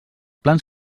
plans